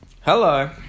Hello